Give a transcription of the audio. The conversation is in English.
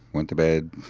went to bed.